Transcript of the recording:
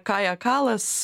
kają kalas